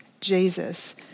Jesus